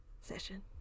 session